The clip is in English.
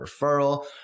referral